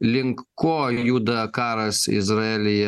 link ko juda karas izraelyje